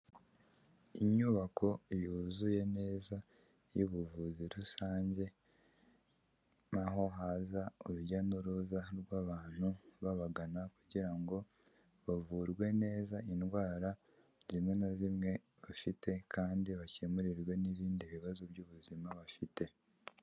Inyubako yuzuye neza y'ubuvuzi rusange naho haza urujya n'uruza rw'abantu babaganga, kugirango bavurwe neza indwara zimwe na zimwe bafite kandi bakemurirwe n'ibindi bibazo by'ubuzima bafite.